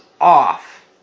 off